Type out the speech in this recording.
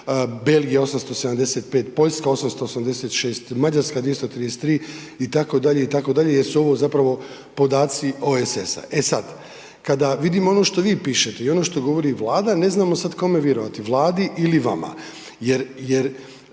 Belgija 875, Poljska 886, Mađarska 233 itd., itd. jer su ovo podaci OESS-a. E sada, kada vidimo ono što vi pišete i ono što govori Vlada ne znamo sada kome vjerovati, Vladi ili vama jer